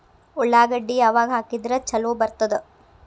ಉಳ್ಳಾಗಡ್ಡಿ ಯಾವಾಗ ಹಾಕಿದ್ರ ಛಲೋ ಬರ್ತದ?